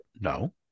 no